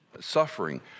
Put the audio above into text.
suffering